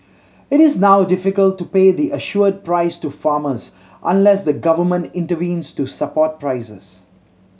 it is now difficult to pay the assured price to farmers unless the government intervenes to support prices